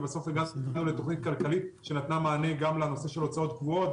ובסוף הגענו איתם לתוכנית כלכלית שנתנה מענה גם לנושא של הוצאות קבועות,